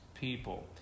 people